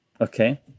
okay